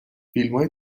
فیلمای